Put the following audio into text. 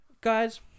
Guys